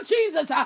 Jesus